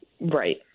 Right